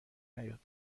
نیاد